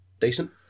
decent